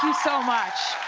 um so much!